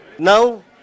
Now